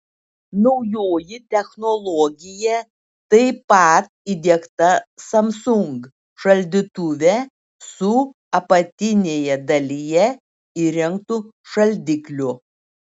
naujoji technologija taip pat įdiegta samsung šaldytuve su apatinėje dalyje įrengtu šaldikliu